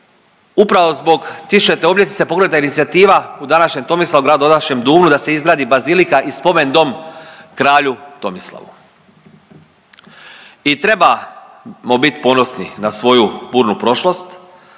upravo zbog tisućite obljetnice pokrenuta inicijativa u današnjem Tomislavgradu, današnjem Duvnu da se izgradi bazilika i spomen dom kralju Tomislavu. I trebamo bit ponosni na svoju burnu prošlost,